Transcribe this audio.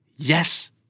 Yes